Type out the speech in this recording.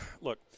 look